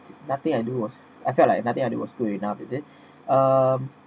nothing I knew was I felt like nothing and it was good enough with it um